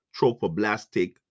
trophoblastic